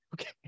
Okay